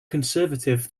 conservative